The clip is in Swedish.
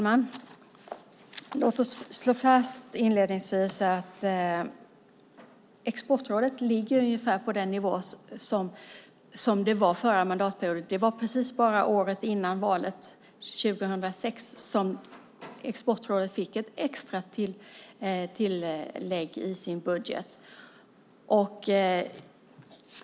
Herr talman! Låt mig inledningsvis slå fast att Exportrådet ligger på ungefär samma nivå som under den förra mandatperioden. Det var bara precis året före valet 2006 som Exportrådet fick ett extra tillägg i sin budget.